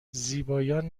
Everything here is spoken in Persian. زیبایان